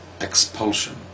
Expulsion